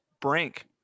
brink